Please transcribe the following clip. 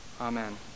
Amen